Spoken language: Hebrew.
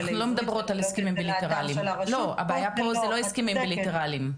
הבעיה פה זה לא הסכמים בילטראליים.